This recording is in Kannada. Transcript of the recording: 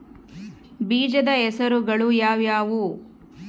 ಬೇಜದ ಹೆಸರುಗಳು ಯಾವ್ಯಾವು?